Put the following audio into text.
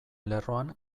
lerroan